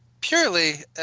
Purely